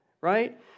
right